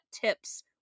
tips